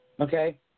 Okay